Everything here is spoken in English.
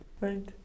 Right